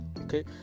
okay